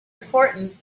important